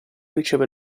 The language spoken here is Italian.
riceve